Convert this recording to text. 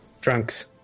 Drunks